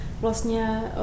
vlastně